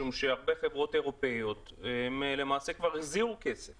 משום שהרבה חברות אירופאיות כבר החזירו כסף